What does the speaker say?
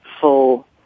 full